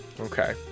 Okay